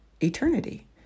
eternity